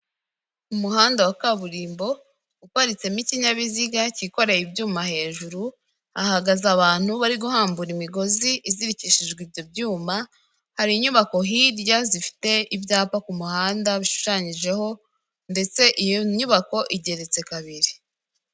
Umuhanda wa kaburimbo, uparitse mo ikinyabiziga cyikoreye ibyuma hejuru, ahagaze abantu bari guhambura imigozi izirikishijwe ibyo byuma, hari inyubako hirya zifite ibyapa ku muhanda bishushanyijeho, ndetse iyo nyubako igeretse kabiri.